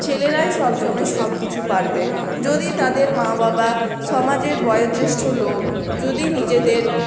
ছেলেরাই সবসময় সবকিছু পারবে যদি তাদের মা বাবা সমাজের বয়োজ্যেষ্ঠ লোক যদি নিজেদের